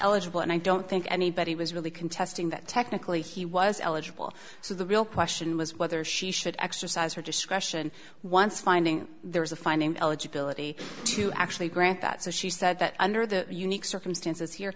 eligible and i don't think anybody was really contesting that technically he was eligible so the real question was whether she should exercise her discretion once finding there was a finding eligibility to actually grant that so she said that under the unique circumstances here